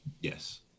Yes